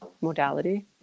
modality